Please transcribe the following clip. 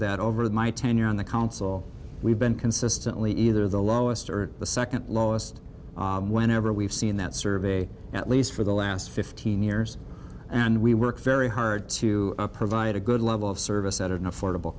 that over the my tenure on the council we've been consistently either the lowest or the second lowest whenever we've seen that survey at least for the last fifteen years and we work very hard to provide a good level of service at an affordable